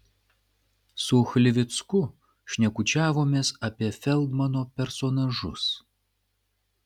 su chlivicku šnekučiavomės apie feldmano personažus